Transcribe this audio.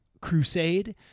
crusade